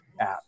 app